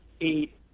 eight